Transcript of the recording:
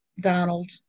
Donald